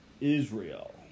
Israel